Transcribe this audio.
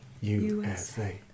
usa